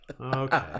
Okay